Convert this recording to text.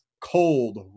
cold